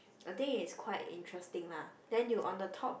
I think it's quite interesting lah then you on the top